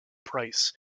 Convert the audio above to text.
price